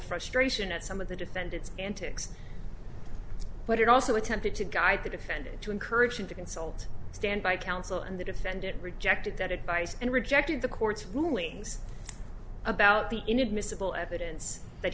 frustration at some of the defendants antics but it also attempted to guide the defendant to encourage him to consult stand by counsel and the defendant rejected that advice and rejected the court's rulings about the inadmissible evidence that